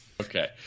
Okay